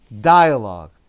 dialogue